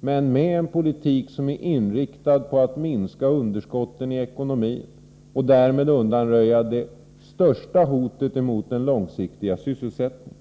men med en politik som är inriktad på att minska underskotten i ekonomin och därmed undanröja det största hotet mot den långsiktiga sysselsättningen.